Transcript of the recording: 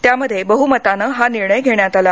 त्यामध्ये बहुमताने हा निर्णय घेण्यात आला